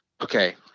okay